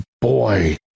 boy